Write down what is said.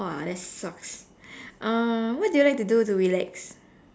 !wah! that sucks uh what do you like to do to relax